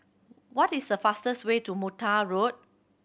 what is the fastest way to Mata Road